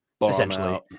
Essentially